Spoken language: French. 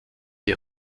est